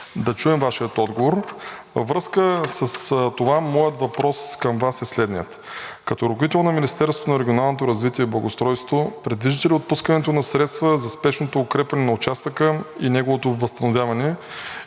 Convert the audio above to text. да чуем Вашия отговор. Във връзка с това моят въпрос към Вас е следният: като ръководител на Министерството на регионалното развитие и благоустройството предвиждате ли отпускането на средства за спешното укрепване на участъка и неговото възстановяване?